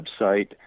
website